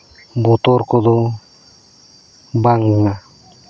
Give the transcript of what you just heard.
ᱵᱚᱛᱚᱨ ᱠᱚᱫᱚ ᱵᱟᱝᱼᱟ